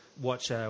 watch